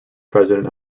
president